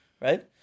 right